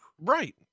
Right